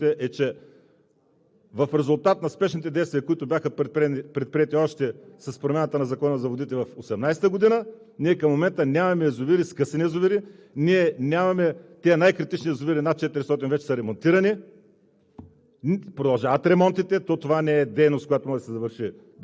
Съвсем естествено е сега тази система да бъде натоварена. Хубавото, както виждаме, е, че в резултат на спешните действия, които бяха предприети още с промяната на Закона за водите през 2018 г., към момента нямаме скъсани язовири, най-критичните язовири – над 400, вече са ремонтирани.